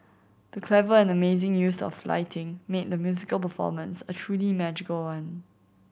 the clever and amazing use of lighting made the musical performance a truly magical one